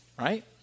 right